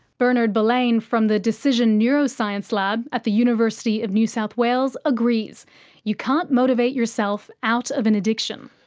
bernard balleine from the decision neuroscience lab at the university of new south wales agrees you can't motivate yourself out of an addiction.